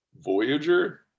Voyager